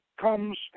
comes